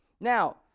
Now